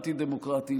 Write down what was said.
אנטי-דמוקרטי,